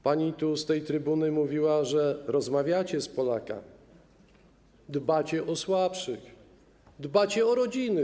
Pani z tej trybuny mówiła, że rozmawiacie z Polakami, dbacie o słabszych, dbacie o rodziny.